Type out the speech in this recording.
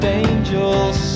angels